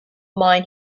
mine